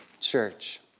church